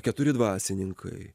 keturi dvasininkai